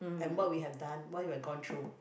and what we had done what we've gone through